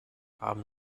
haben